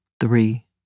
three